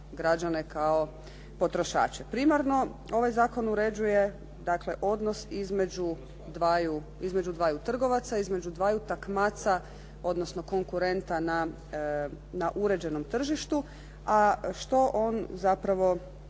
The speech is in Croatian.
građane kao potrošača. Primarno, ovaj zakon uređuje dakle odnos između dvaju trgovaca, između dvaju takmaca odnosno konkurenta na uređenom tržištu. A što on zapravo